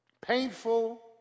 Painful